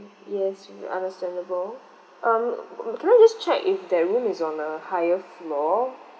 yes understandable um can I just check if that room is on a higher floor